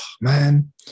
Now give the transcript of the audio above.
man